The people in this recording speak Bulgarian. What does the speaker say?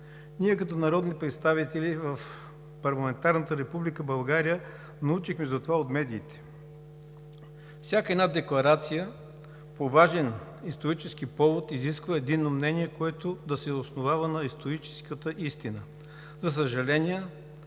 Ние, народните представители в парламентарна Република България, научихме за това от медиите. Всяка една декларация по важен исторически повод изисква единно мнение, което да се основава на историческата истина. За съжаление,